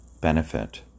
benefit